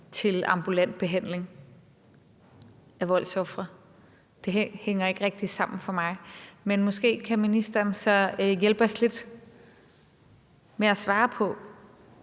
til ambulant behandling af voldsofre. Det hænger ikke rigtig sammen for mig. Men måske kan ministeren så hjælpe os lidt med at svare på: